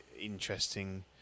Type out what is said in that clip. interesting